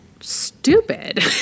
stupid